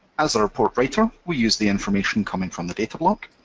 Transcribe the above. as a report writer, we use the information coming from the datablock,